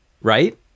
right